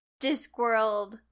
Discworld